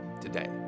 today